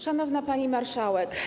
Szanowna Pani Marszałek!